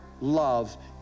love